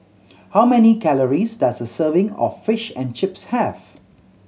how many calories does a serving of Fish and Chips have